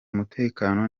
mutekano